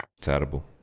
terrible